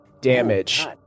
damage